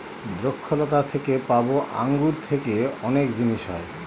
দ্রক্ষলতা থেকে পাবো আঙ্গুর থেকে অনেক জিনিস হয়